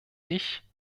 ich